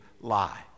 lie